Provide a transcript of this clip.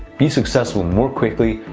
be successful more quickly,